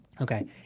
Okay